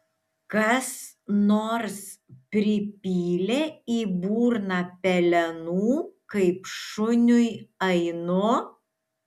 kas nors pripylė į burną pelenų kaip šuniui ainu